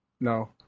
No